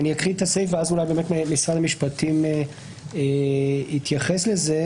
אני אקריא את הסעיף ואז אולי משרד המשפטים יתייחס לזה.